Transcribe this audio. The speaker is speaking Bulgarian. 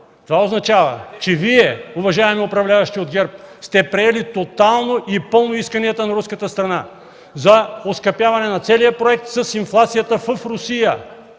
Това означава, че Вие, уважаеми управляващи от ГЕРБ, сте приели тотално и пълно исканията на руската страна за оскъпяване на целия проект с инфлацията в Русия,